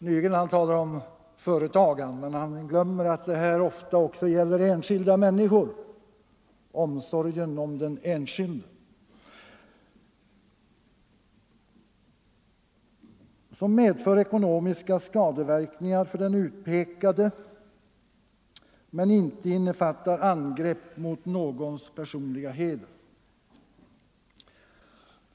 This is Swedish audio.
Herr Nygren talade om företagen men glömde att det ofta gäller också enskilda människor, omsorgen om den enskilde — och som medför ekonomiska skadeverkningar för den utpekade men inte innefattar angrepp mot någons personliga heder.